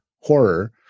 horror